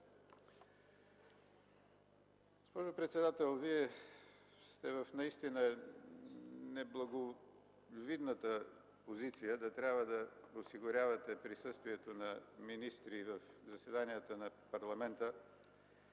Госпожо председател, Вие сте в наистина неблаговидната позиция да трябва да осигурявате присъствието на министри в заседанията на парламента,